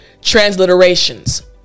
transliterations